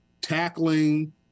tackling